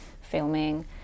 filming